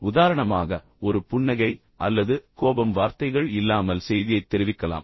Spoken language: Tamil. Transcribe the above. உதாரணமாக ஒரு புன்னகை அல்லது கோபம் வார்த்தைகள் இல்லாமல் செய்தியைத் தெரிவிக்கலாம்